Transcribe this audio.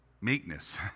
meekness